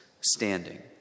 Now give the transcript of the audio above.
standing